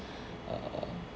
err